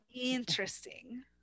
interesting